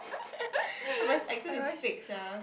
but his accent is fake sia